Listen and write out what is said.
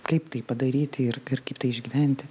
kaip tai padaryti ir ir kaip tai išgyventi